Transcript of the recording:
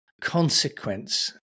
consequence